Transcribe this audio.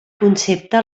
concepte